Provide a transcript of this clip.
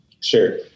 Sure